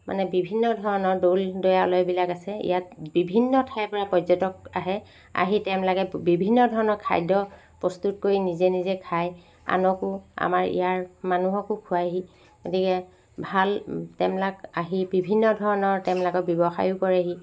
মানে বিভিন্ন ধৰণৰ দ'ল দেৱালয়বিলাক আছে ইয়াত বিভিন্ন ঠাইৰপৰা পৰ্যটক আহে আহি তেওঁবিলাকে বিভিন্ন খাদ্য প্ৰস্তুত কৰি নিজে নিজে খায় আনকো আমাৰ ইয়াৰ মানুহকো খোৱায়হি গতিকে ভাল তেওঁবিলাক আহি বিভিন্ন ধৰণৰ তেওঁবিলাকে ব্যৱসায়ো কৰেহি